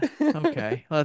Okay